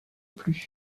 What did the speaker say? plus